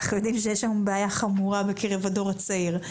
אנחנו יודעים שיש היום בעיה חמורה בקרב הדור הצעיר.